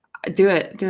do it.